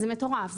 זה מטורף,